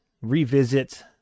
revisit